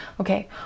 okay